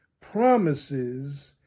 promises